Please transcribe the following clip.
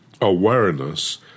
awareness